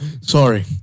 sorry